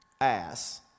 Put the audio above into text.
ass